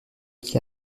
qui